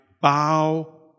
bow